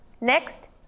next